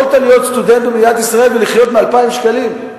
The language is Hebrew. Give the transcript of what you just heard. יכולת להיות סטודנט במדינת ישראל ולחיות מ-2,000 שקלים.